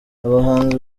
abahanzi